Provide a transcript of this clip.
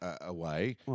away